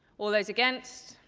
all those against?